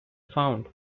found